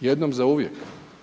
jednom zauvijek?